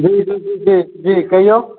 जी जी जी कहिऔ